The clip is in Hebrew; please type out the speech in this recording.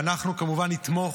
ואנחנו כמובן נתמוך.